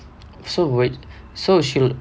so wait so she'll